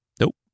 nope